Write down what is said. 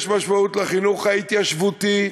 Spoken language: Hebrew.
יש משמעות לחינוך ההתיישבותי,